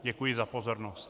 Děkuji za pozornost.